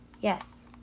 Yes